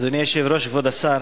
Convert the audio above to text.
אדוני היושב-ראש, כבוד השר,